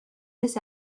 this